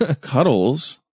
Cuddles